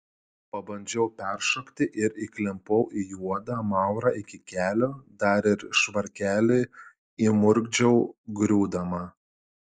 pabandžiau peršokti ir įklimpau į juodą maurą iki kelių dar ir švarkelį įmurkdžiau griūdama